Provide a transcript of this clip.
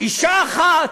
אישה אחת?